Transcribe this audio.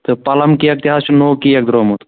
تہٕ پَلَم کیک تہِ حظ چھِ نوٚو کیک درٛامُت